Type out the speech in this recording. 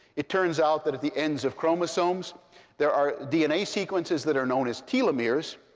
it turns out that at the ends of chromosomes there are dna sequences that are known as telomeres.